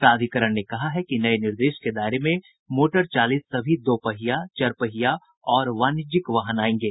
प्राधिकरण ने कहा है कि नये निर्देश के दायरे में मोटरचालित सभी दोपहिया चरपहिया और वाणिज्यिक वाहन आयेंगे